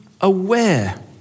aware